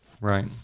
right